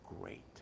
great